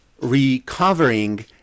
recovering